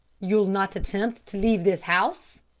you'll not attempt to leave this house?